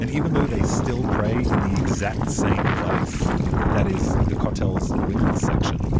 and even though they still pray in the exact same place that is the kotel's women's section